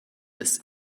des